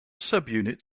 subunit